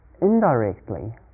indirectly